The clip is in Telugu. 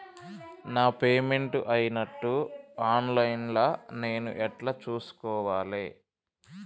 నా పేమెంట్ అయినట్టు ఆన్ లైన్ లా నేను ఎట్ల చూస్కోవాలే?